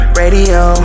radio